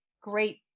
great